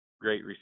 great